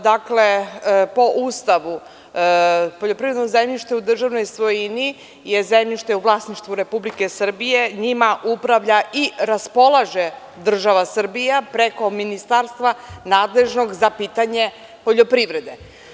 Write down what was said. Dakle, po Ustavu poljoprivredno zemljište u državnoj svojini je, zemljište u vlasništvu Republike Srbije, njime upravlja i raspolaže država Srbija preko Ministarstva nadležnog za pitanje poljoprivrede.